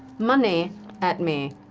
money at me.